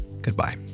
goodbye